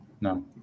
No